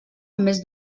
més